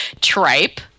Tripe